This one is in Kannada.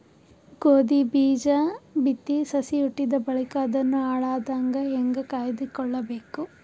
ಗೋಧಿ ಬೀಜ ಬಿತ್ತಿ ಸಸಿ ಹುಟ್ಟಿದ ಬಳಿಕ ಅದನ್ನು ಹಾಳಾಗದಂಗ ಹೇಂಗ ಕಾಯ್ದುಕೊಳಬೇಕು?